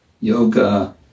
Yoga